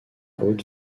haute